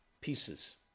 pieces